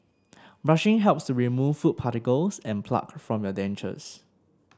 brushing helps remove food particles and plaque from your dentures